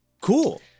cool